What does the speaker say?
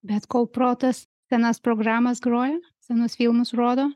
bet kol protas senas programas groja senus filmus rodo